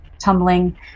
tumbling